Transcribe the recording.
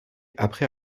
après